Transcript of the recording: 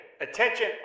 attention